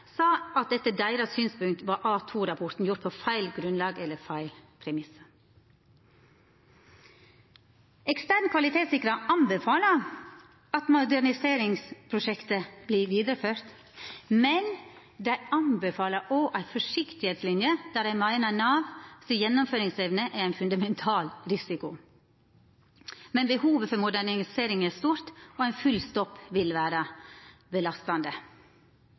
sa at etter deira synspunkt var A-2-rapporten gjort «på feil grunnlag eller med feil premisser». Den eksterne kvalitetssikraren anbefaler at moderniseringsprosjektet vert vidareført, men dei anbefaler òg ei forsiktigheitslinje, då dei meiner at Navs gjennomføringsevne er ein fundamental risiko. Men behovet for modernisering er stort, og ein full stopp vil vera belastande.